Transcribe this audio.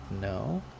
no